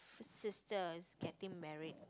sister is getting married